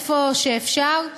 איפה שאפשר.